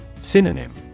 Synonym